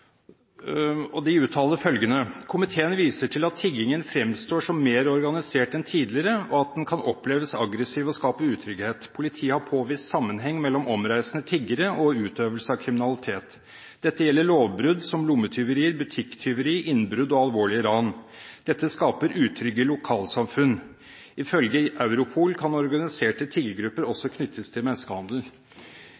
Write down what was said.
i. De uttaler følgende: «Komiteen viser til at tiggingen framstår som mer organisert enn tidligere, og at den kan oppleves aggressiv og skape utrygghet. Politiet har påvist sammenheng mellom omreisende tiggere og utøvelse av kriminalitet. Dette gjelder lovbrudd som lommetyveri, butikktyveri, innbrudd og alvorlige ran. Dette skaper utrygge lokalsamfunn. Ifølge Europol kan organiserte